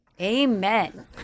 Amen